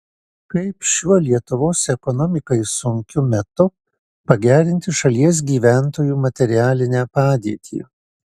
kaip šiuo lietuvos ekonomikai sunkiu metu pagerinti šalies gyventojų materialinę padėtį